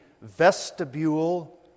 vestibule